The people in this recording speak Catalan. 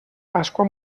pasqua